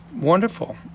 wonderful